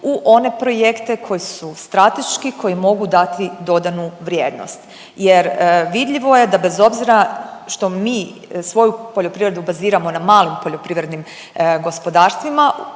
u one projekte koji su strateški, koji mogu dati dodanu vrijednost jer vidljivo je da bez obzira što mi svoju poljoprivredu baziramo na malim poljoprivrednim gospodarstvima,